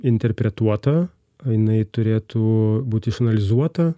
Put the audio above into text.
interpretuota o jinai turėtų būt išanalizuota